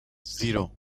zero